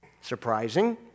Surprising